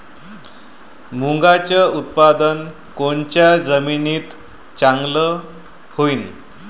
मुंगाचं उत्पादन कोनच्या जमीनीत चांगलं होईन?